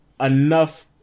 enough